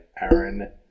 Aaron